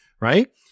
right